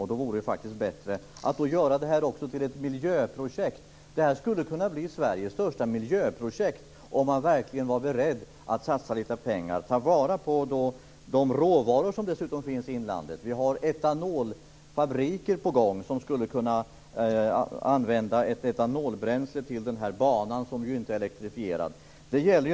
Det vore bättre att göra det här till ett miljöprojekt. Det skulle kunna bli Sveriges största miljöprojekt om man verkligen var beredd att satsa pengar och ta vara på de råvaror som dessutom finns. Det är etanolfabriker på gång som skulle kunna ge etanolbränsle för Inlandsbanan, som nu inte är elektrifierad.